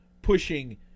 pushing